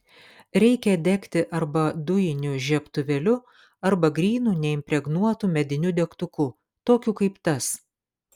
reikia degti arba dujiniu žiebtuvėliu arba grynu neimpregnuotu mediniu degtuku tokiu kaip tas